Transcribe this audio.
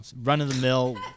run-of-the-mill